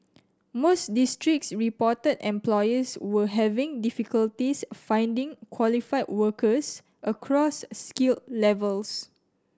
most districts reported employers were having difficulties finding qualified workers across skill levels